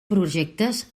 projectes